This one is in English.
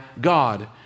God